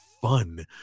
fun